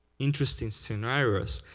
interesting scenarios.